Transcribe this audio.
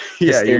yeah, you're